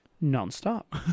non-stop